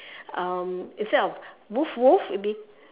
um instead of woof woof it would be